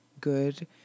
good